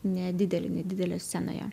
nedidelį nedidelėj scenoje